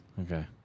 Okay